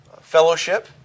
fellowship